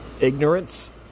ignorance